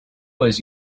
was